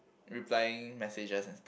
replying messages and